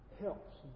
helps